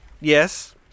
yes